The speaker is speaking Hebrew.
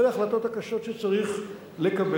אלה ההחלטות הקשות שצריך לקבל.